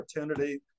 opportunity